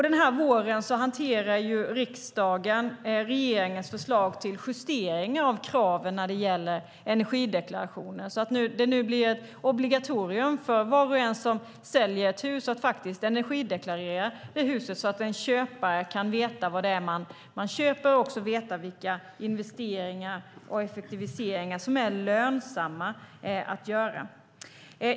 Den här våren hanterar riksdagen regeringens förslag till justeringar av kraven när det gäller energideklarationen så att det nu blir ett obligatorium för var och en som säljer ett hus att faktiskt energideklarera huset så att en köpare kan veta vad det är man köper och också veta vilka investeringar och effektiviseringar som är lönsamma att göra.